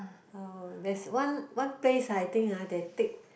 uh there's one one place ah I think ah they take